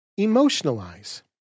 emotionalize